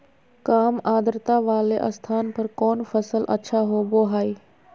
काम आद्रता वाले स्थान पर कौन फसल अच्छा होबो हाई?